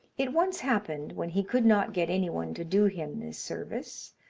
it once happened, when he could not get any one to do him this service,